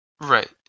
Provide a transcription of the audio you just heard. right